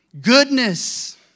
goodness